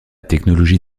technologie